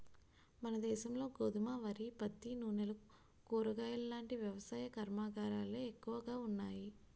మనదేశంలో గోధుమ, వరి, పత్తి, నూనెలు, కూరగాయలాంటి వ్యవసాయ కర్మాగారాలే ఎక్కువగా ఉన్నాయి